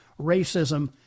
racism